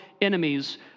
enemies